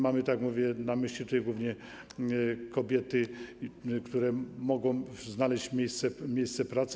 Mamy, tak jak mówię, na myśli tutaj głównie kobiety, które mogą znaleźć miejsce pracy.